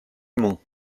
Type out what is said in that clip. mans